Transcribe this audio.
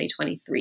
2023